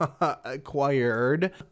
acquired